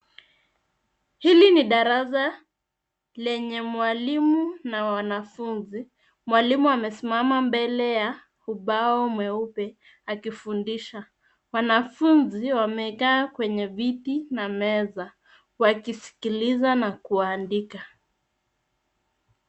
Hili ni darasa lenye mwalimu na wanafunzi . Mwalimu amesimama mbele ya ubao mweupe akifundisha. Wanafunzi wamekaa kwenye viti na meza wakisikiliza na kuandika.